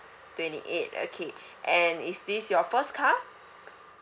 twenty eight okay and is this your first car